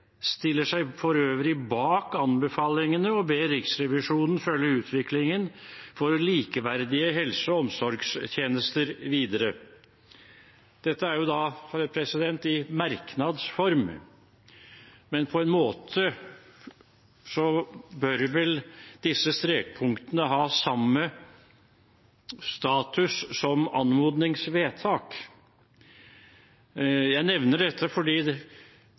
stiller seg for øvrig bak anbefalingene og ber Riksrevisjonen følge utviklingen for likeverdige helse- og omsorgstjenester videre.» Dette er jo i merknads form, men på en måte bør vel disse strekpunktene ha samme status som anmodningsvedtak. Jeg nevner dette fordi